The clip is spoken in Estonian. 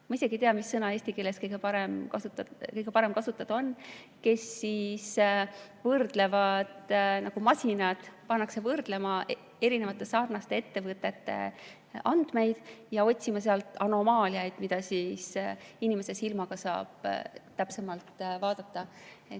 ma isegi ei tea, mis sõna eesti keeles kõige parem kasutada on. Masinad pannakse võrdlema erinevate sarnaste ettevõtete andmeid ja otsima sealt anomaaliaid, mida inimese silmaga saab täpsemalt vaadata.